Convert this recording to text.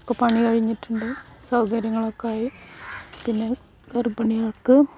ഒക്കെ പണി കഴിഞ്ഞിട്ടുണ്ട് സൗകര്യങ്ങളൊക്കെ ആയി പിന്നെ ഗർഭിണികൾക്ക്